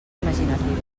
imaginatives